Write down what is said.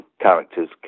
characters